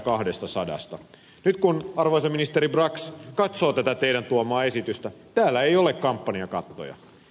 nyt kun arvoisa ministeri brax katsoo tätä teidän tuomaanne esitystä täällä ei ole kampanjakattoja